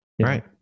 right